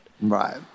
Right